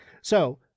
So-